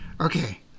okay